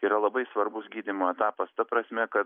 yra labai svarbus gydymo etapas ta prasme kad